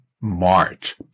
March